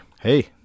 Hey